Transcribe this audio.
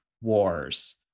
wars